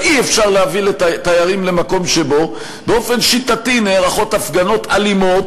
אבל אי-אפשר להביא תיירים למקום שבו באופן שיטתי נערכות הפגנות אלימות,